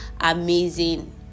amazing